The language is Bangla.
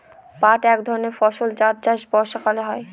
পাট এক ধরনের ফসল যার চাষ বর্ষাকালে হয়